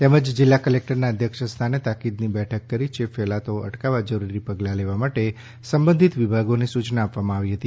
તેમજ જિલ્લા કલેક્ટરના અધ્યક્ષ સ્થાને તાકીદ બેઠક કરી ચેપ ફેલાતો અટકાવવા જરૂરી પગલા લેવા માટે સંબધિત વિભાગોને સૂચનાઓ આપી હતી